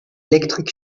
elektrik